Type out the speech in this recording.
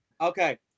Okay